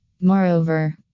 Moreover